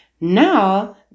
Now